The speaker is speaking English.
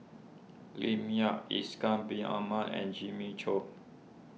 Lim Yau Ishak Bin Ahmad and Jimmy Chok